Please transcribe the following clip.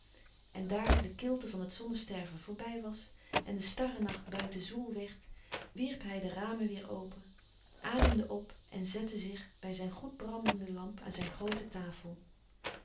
en daar de kilte van het zonnesterven voorbij was en de starrenacht buiten zwoel werd wierp hij de ramen weêr open ademde op en zette zich bij zijn goed brandende lamp aan zijn groote tafel